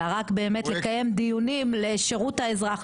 אלא רק באמת לקיים דיונים לשירות האזרח,